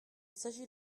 s’agit